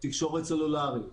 תקשורת סלולרית,